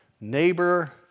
neighbor